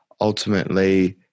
ultimately